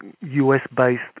US-based